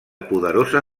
poderosa